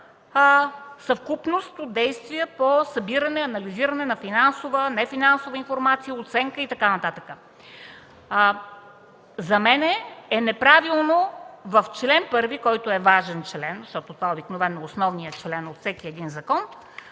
съвкупност от действия по събиране, анализиране на финансова, нефинансова информация, оценка и така нататък. За мен е неправилно в чл. 1, който е важен, защото той обикновено е основният член във всеки един закон,